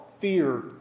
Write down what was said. fear